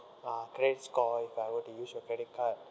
ah credit score if I were to use your credit card